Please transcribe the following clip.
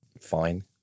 fine